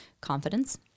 confidence